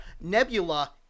Nebula